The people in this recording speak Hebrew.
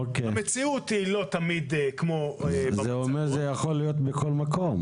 זה אומר שזה יכול להיות בכל מקום.